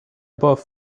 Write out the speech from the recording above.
both